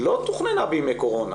לא תוכננה בימי קורונה.